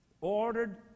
Ordered